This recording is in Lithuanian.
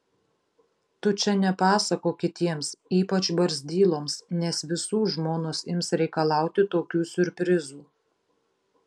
tu čia nepasakok kitiems ypač barzdyloms nes visų žmonos ims reikalauti tokių siurprizų